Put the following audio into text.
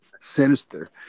Sinister